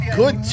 good